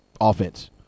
offense